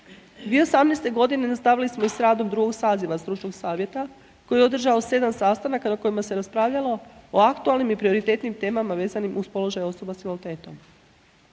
2018. godine nastavili smo i radom drugog saziva stručnog savjeta koji je održao 7 sastanaka na kojima se raspravljalo o aktualnim i prioritetnim temama vezanim uz položaj osoba s invaliditetom.